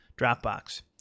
Dropbox